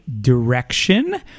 direction